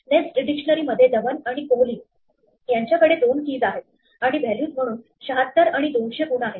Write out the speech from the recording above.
nest डिक्शनरीमध्ये धवन आणि कोहली यांच्याकडे दोन keys आहेत आणि व्हॅल्यूज म्हणून 76 आणि 200 गुण आहेत